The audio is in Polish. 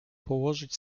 położyć